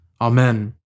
Amen